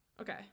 Okay